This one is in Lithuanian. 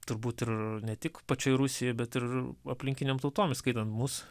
turbūt ir ne tik pačiai rusijai bet ir aplinkinėm tautom įskaitant mus